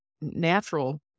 natural